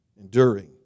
enduring